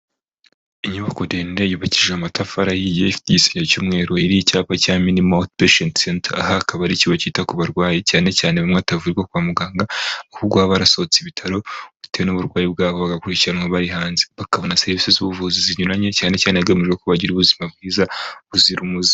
Inyubako ndende yubakije amatafari ahiye, ifite igisenge cy 'umweru, iriho icyapa cya minimo pashiyenti senta. Aha akaba ari ikigo cyita ku barwayi, cyane cyane bamwe batavurirwa kwa muganga, ahubwo baba barasohotse ibitaro bitewe n'uburwayi bwabo ,bagakurikiranwa bari hanze. Bakabona serivisi z'ubuvuzi zinyuranye, cyane cyane hagamijwe ko bagira ubuzima bwiza buzira umuze.